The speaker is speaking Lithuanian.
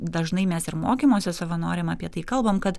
dažnai mes ir mokymuose savanoriam apie tai kalbam kad